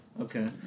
Okay